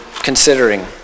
considering